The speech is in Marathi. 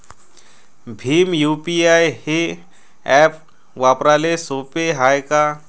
भीम यू.पी.आय हे ॲप वापराले सोपे हाय का?